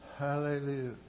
Hallelujah